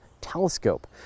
telescope